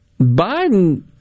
Biden